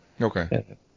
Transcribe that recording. Okay